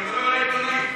העיתונאים.